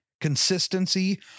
consistency